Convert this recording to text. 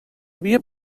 havia